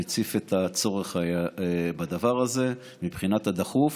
מציף את הצורך בדבר הזה מבחינת הדחיפות,